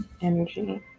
energy